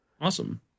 awesome